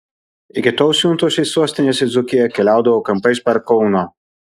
iki tol siuntos iš sostinės į dzūkiją keliaudavo kampais per kauną